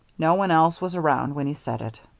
no one else was around when he said it.